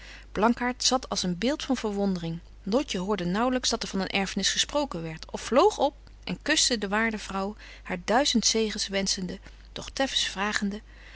blankaart zat als een beeld van verwondering lotje hoorde naauwlyks dat er van een erfnis gesproken werdt of vloog op en kuschte de waarde vrouw haar duizend zegens